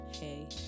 Hey